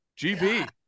GB